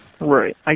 Right